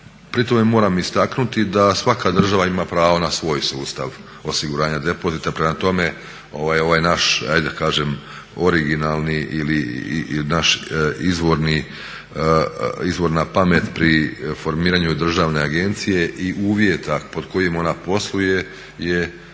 Pri tome moram istaknuti da svaka država ima pravo na svoj sustav osiguranja depozita. Prema tome, ovaj naš ajd da kažem originalni ili naša izvorna pamet pri formiranju državne agencije i uvjeta pod kojim ona posluje je